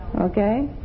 okay